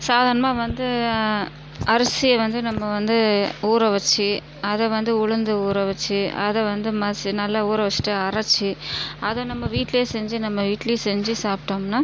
சாதாரணமாக வந்து அரிசியை வந்து நம்ம வந்து ஊற வச்சு அதை வந்து உளுந்து ஊற வச்சு அதை வந்து நல்லா ஊற வச்சுட்டு அரைச்சு அதை நம்ம வீட்லையே செஞ்சு நம்ம இட்லி செஞ்சு சாப்டோம்னா